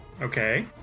Okay